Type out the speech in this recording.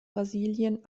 brasilien